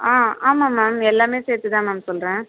ஆ ஆமாம் மேம் எல்லாமே சேர்த்து தான் மேம் சொல்கிறேன்